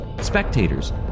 spectators